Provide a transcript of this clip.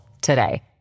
today